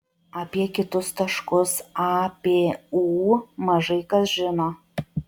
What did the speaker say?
apie kitus taškus a p u mažai kas žino